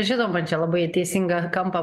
žinoma čia labai teisingą kampą